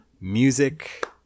music